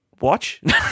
watch